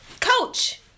coach